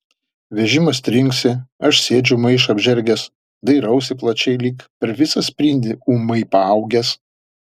vežimas trinksi aš sėdžiu maišą apžergęs dairausi plačiai lyg per visą sprindį ūmai paaugęs